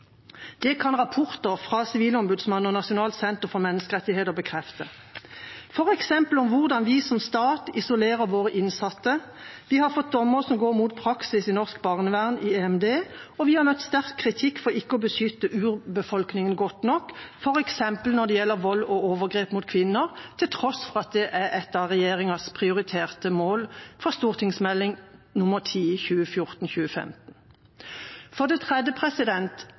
Det kan rapporter fra Sivilombudsmannen og Norsk senter for menneskerettigheter bekrefte, f.eks. når det gjelder hvordan vi som stat isolerer våre innsatte, vi har fått dommer mot praksisen i norsk barnevern i EMD, og vi har møtt sterk kritikk for ikke å beskytte urbefolkningen godt nok, f.eks. når det gjelder vold og overgrep mot kvinner, til tross for at det var et av regjeringas prioriterte mål i Meld. St. 10 for 2014–2015. For det tredje